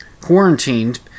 quarantined